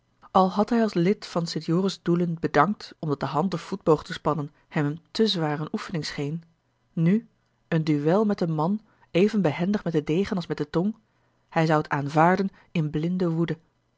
al had hij als lid van st joris doelen bedankt omdat de hand of voetboog te spannen hem te zwaar eene oefening scheen nu een duël met een man even behendig met den degen als met de tong hij zou het aanvaarden in blinde woede